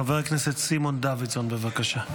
חבר הכנסת סימון דוידסון, בבקשה.